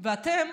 ואתם